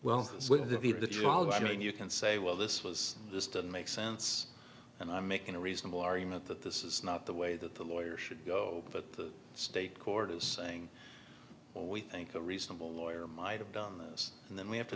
going you can say well this was just doesn't make sense and i'm making a reasonable argument that this is not the way that the lawyer should go but the state court is saying well we think a reasonable lawyer might have done this and then we have to